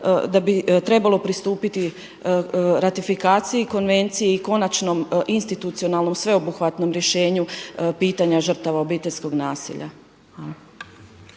da bi trebalo pristupiti ratifikaciji konvencije i konačnom institucionalnom sveobuhvatnom rješenju pitanja žrtava obiteljskog nasilja.